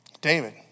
David